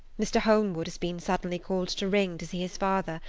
mr. holmwood has been suddenly called to ring to see his father,